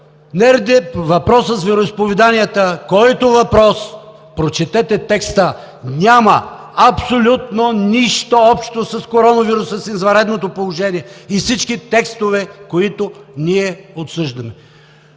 нерде въпросът с вероизповеданията. Този въпрос – прочетете текста, няма абсолютно нищо общо с коронавируса, с извънредното положение и с всички текстове, които ние обсъждаме.